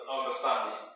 understanding